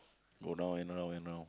go round and round and round